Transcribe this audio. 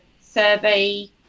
survey